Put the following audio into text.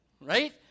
Right